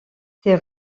ces